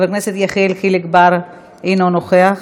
חבר הכנסת יחיאל חיליק בר אינו נוכח,